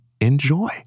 enjoy